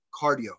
cardio